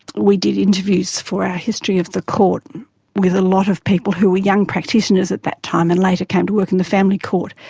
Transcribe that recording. we did interviews for our history of the court with a lot of people who were young practitioners at that time and later came to work at and the family court,